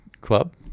club